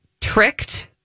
tricked